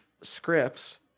scripts